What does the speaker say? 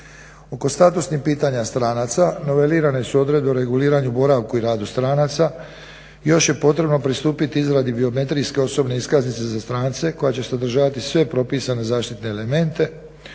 Oko statusnih pitanja stranaca novelirane su odredbe o reguliranju boravku i radu stranaca. Još je potrebno pristupiti izradi biometrijske osobne iskaznice za strance koja će sadržavati sve propisane zaštitne elemente.